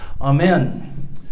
Amen